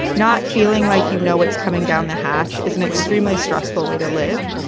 not feeling like you know what's coming down the hatch is an extremely stressful way to live.